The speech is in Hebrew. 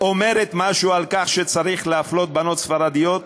אומרת משהו על כך שצריך להפלות בנות ספרדיות,